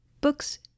books